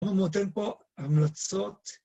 הוא נותן פה המלצות